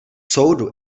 soudu